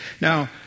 Now